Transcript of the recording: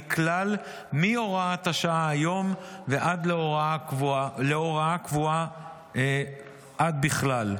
כלל מהוראת השעה היום ועד להוראה קבועה ועד בכלל.